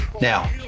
Now